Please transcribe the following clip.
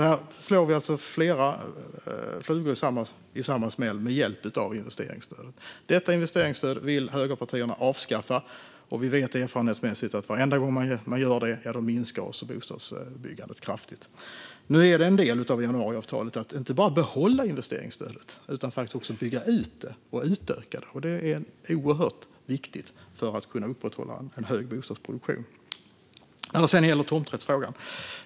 Här slår vi flera flugor i en smäll med hjälp av investeringsstödet. Detta investeringsstöd vill högerpartierna avskaffa, och vi vet erfarenhetsmässigt att varenda gång man gör det minskar också bostadsbyggandet kraftigt. En del av januariavtalet innebär inte bara att behålla investeringsstödet utan faktiskt att också utöka det, och det är oerhört viktigt för att kunna upprätthålla en hög bostadsproduktion. Sedan var det tomträttsfrågan.